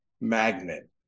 magnet